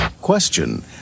Question